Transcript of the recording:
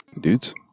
Dudes